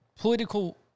political